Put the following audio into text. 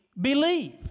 believe